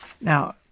Now